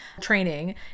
training